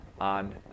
on